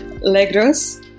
Legros